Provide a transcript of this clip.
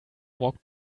walked